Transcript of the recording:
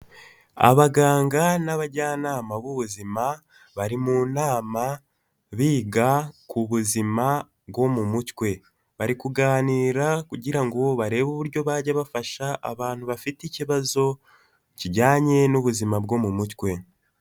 Abaganga n'abajyanama b'ubuzima bari mu nama biga ku buzima bwo mu mutwe, bari kuganira kugira ngo barebe uburyo bajya bafasha abantu bafite ikibazo kijyanye n'ubuzima bwo mu mutwe.